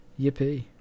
Yippee